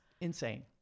insane